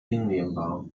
hinnehmbar